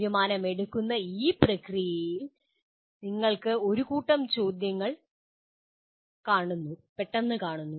തീരുമാനമെടുക്കുന്ന ഈ പ്രക്രിയയിൽ നിങ്ങൾക്ക് ഒരു കൂട്ടം ചോദ്യങ്ങൾ പെട്ടെന്ന് കാണുന്നു